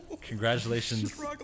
Congratulations